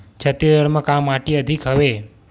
छत्तीसगढ़ म का माटी अधिक हवे?